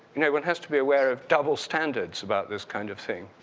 you know, one has to be aware of double standards about this kind of thing.